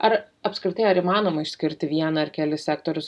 ar apskritai ar įmanoma išskirti vieną ar kelis sektorius